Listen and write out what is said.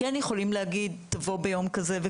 כן יכולים להגיד: תבוא ביום כזה וכזה.